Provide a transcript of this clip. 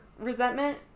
resentment